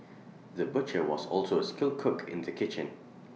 the butcher was also A skilled cook in the kitchen